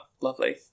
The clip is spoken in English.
lovely